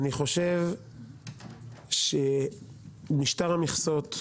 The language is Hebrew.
אני חושב שמשטר המכסות,